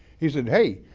he said, hey,